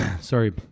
sorry